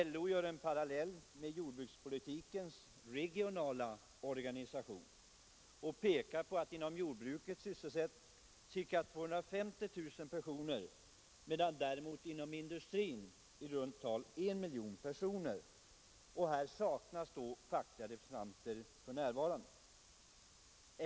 LO gör en parallell med jordbrukspolitikens regionala organisation och pekar på att inom jordbruket sysselsätts ca 250 000 personer medan det inom industrin sysselsätts inte mindre än ca 1 miljon personer och här saknas facklig representation.